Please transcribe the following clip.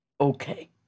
Okay